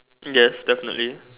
yes definitely